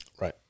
Right